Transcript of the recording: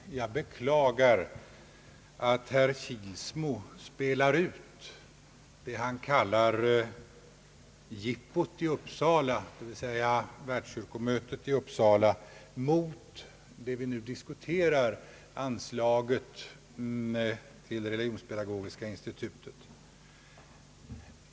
Herr talman! Jag beklagar att herr Kilsmo spelar ut det han kallar jippot i Uppsala, dvs. Världskyrkomötet i Uppsala, mot det vi nu diskuterar, nämligen anslaget till Religionspedagogiska institutet.